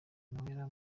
noella